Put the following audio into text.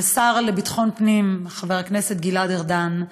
על ידי השר לביטחון הפנים חבר הכנסת גלעד ארדן,